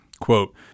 quote